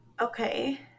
Okay